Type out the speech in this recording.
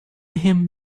him